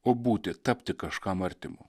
o būti tapti kažkam artimu